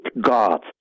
God